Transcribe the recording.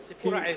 זה כמו עז.